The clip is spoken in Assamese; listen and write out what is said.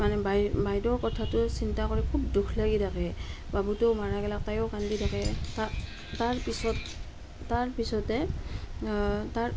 মানে বাই বাইদেউৰ কথাটোৱে চিন্তা কৰি খুব দুখ লাগি থাকে বাবুটোও মাৰা গেলাক তাইও কান্দি থাকে তাৰপিছত তাৰপিছতে তাৰ